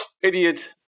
idiot